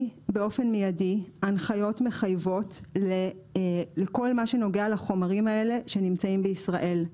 באופן מיידי הנחיות מחייבות לכל מה שנוגע לחומרים האלה שנמצאים בישראל.